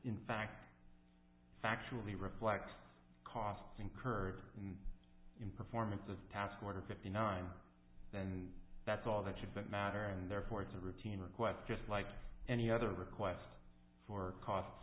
in fact actually reflects costs incurred in performance of task order fifty nine and that's all that shouldn't matter and therefore it's a routine request just like any other request for costs